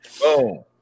Boom